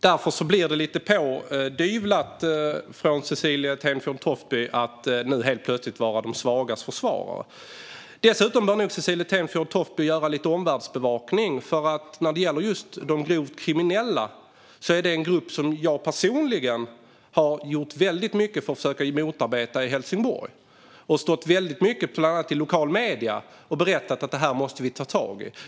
Därför verkar det lite pådyvlat när Cecilie Tenfjord Toftby nu helt plötsligt ska vara de svagas försvarare. Dessutom bör nog Cecilie Tenfjord Toftby göra lite omvärldsbevakning, för just gruppen grovt kriminella är en grupp som jag personligen har gjort väldigt mycket för att försöka motarbeta i Helsingborg. Jag har talat väldigt mycket, bland annat i lokala medier, om att det här måste vi ta tag i.